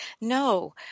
No